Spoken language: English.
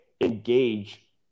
engage